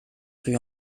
rue